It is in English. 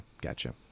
Gotcha